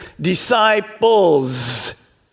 disciples